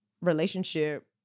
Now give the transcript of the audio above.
relationship